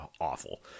awful